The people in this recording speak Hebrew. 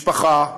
משפחה,